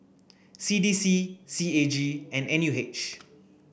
C D C C A G and N U H